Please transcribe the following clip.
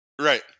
Right